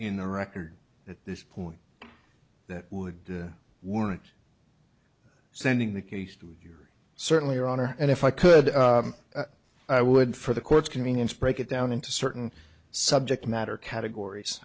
in the record at this point that would warrant sending the case to you are certainly are on her and if i could i would for the courts convenience break it down into certain subject matter categories